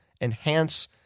enhance